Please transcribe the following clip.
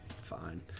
Fine